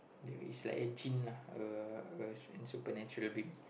there is like a djinn lah a a supernatural being